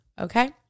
Okay